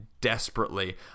desperately